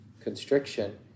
constriction